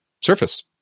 Surface